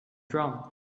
drum